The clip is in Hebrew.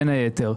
בין היתר.